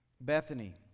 Bethany